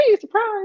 surprise